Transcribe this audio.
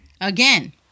Again